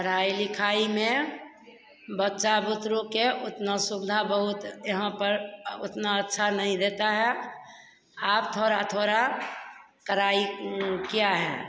पढ़ाई लिखाई में बच्चा बुतरुक के उतना सुविधा बहुत यहाँ पर उतना अच्छा नहीं देता है आब थोड़ा थोड़ा कड़ाई किया है